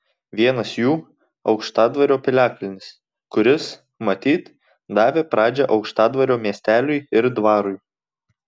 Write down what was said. vienas jų aukštadvario piliakalnis kuris matyt davė pradžią aukštadvario miesteliui ir dvarui